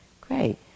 Great